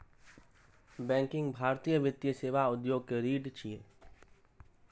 banking भारतीय वित्तीय सेवा उद्योग के रीढ़ छियै